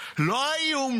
לא איום